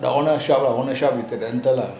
the owner shop owner shop is the rental lah